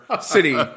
city